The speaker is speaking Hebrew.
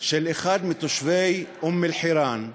של אחד מתושבי אום-אלחיראן,